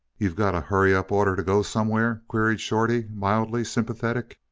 you got a hurry-up order to go somewhere? queried shorty, mildly sympathetic.